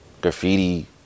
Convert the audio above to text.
Graffiti